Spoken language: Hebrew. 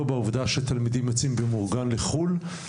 לא בעובדה שתלמידים יוצאים במאורגן לחוץ לארץ,